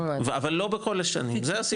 אבל לא בכל השנים, זה הסיפור.